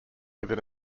within